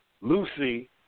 Lucy